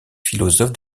philosophes